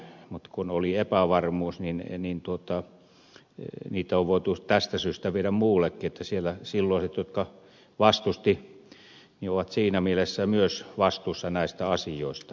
mutta kun oli epävarmuus niin niitä on voitu tästä syystä viedä muuallekin ja siellä silloiset jotka vastustivat ovat siinä mielessä myös vastuussa näistä asioista